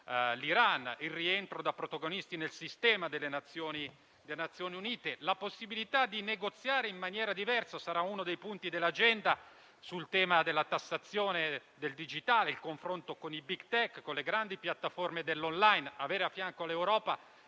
iraniano), il rientro da protagonisti nel sistema delle Nazioni Unite, la possibilità di negoziare in maniera diversa - sarà uno dei punti dell'agenda - sul tema della tassazione del digitale nel confronto con i *big tech* e con le grandi piattaforme dell'*online*. Avere al fianco l'Europa